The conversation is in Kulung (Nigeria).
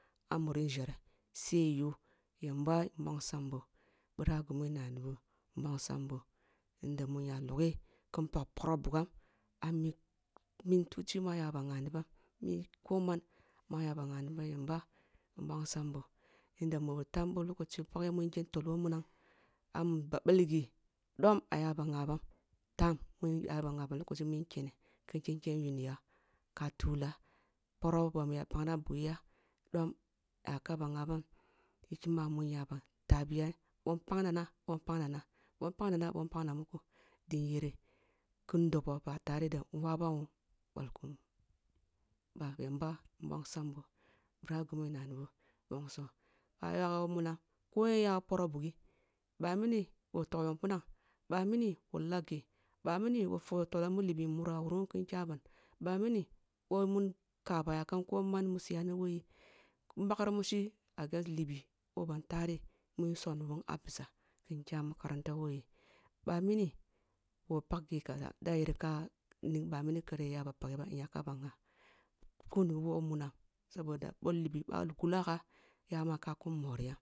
Ah mun njere sai yoh yamba nbonsam bo ъira ghi mu ngha boh nbongsam boh yanda mu nya logho kin pag pora bugham ami mintochi m aya ngha ni bam ko man mu aya ba ngha ni ba yamba nbongsam bo yanda boh time boh lokochi paghe mun ke kin tol woh munam ah bah ъal ghi dom aya ba ngha bam time mu kene aya ba ngha bam lokoshi mun kene kin ken yuni ya ka twa poro mu ъana pagha bughi ya dom aya ba ngha bam hikima mu nya ba fah biya ъa npa nana-ъa pag-ъa npag nana ъa npag ba muko din dobo ba tare da nwabawun ъal kun ba yamba nbongsam boh bira ghi mu ngha ni boh bongso munam ko yen ya woh poroh buhi ъa mini woh tog bam npunang ba mini wa lagho ъa mini wa fogyo toloh mu libi nmura woroh kin kya ban ъa mini boh mun nkaba yakam ko man siyo ni woh yi nbagn mushi against libi boh ban tareh ma subni buwun ah biza libi kin kya makaranta woh yi na mini ba pag hi kaza da yere ka ning ъa mini kere yi ah ba pagha ba nya ka ba ngha saboda o libi ъah gullah gha ya ma ka kum moriya